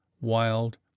wild